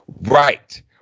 right